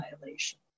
violation